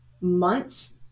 months